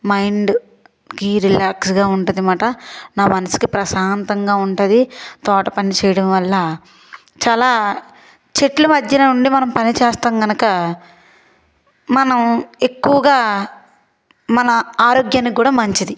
mind కి రిలాక్స్గా ఉంటుందిమాట నా మనసుకి ప్రశాంతంగా ఉంటుంది తోటపని చేయడం వల్ల చాలా చెట్ల మధ్యన ఉండి మనం పని చేస్తాం గనక మనం ఎక్కువగా మన ఆరోగ్యానికి కూడా మంచిది